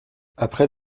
après